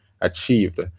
achieved